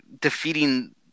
defeating